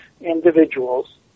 individuals